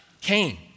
Cain